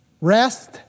Rest